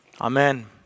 Amen